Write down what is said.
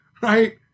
Right